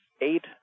eight